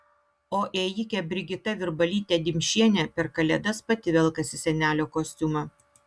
o ėjikė brigita virbalytė dimšienė per kalėdas pati velkasi senelio kostiumą